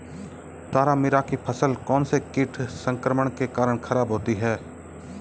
तारामीरा की फसल कौनसे कीट संक्रमण के कारण खराब होती है?